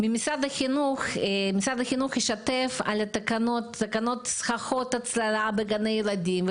משרד החינוך ישתף על תקנות סככות הצללה בגני ילדים,